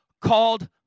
called